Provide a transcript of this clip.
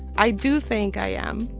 i do think i am.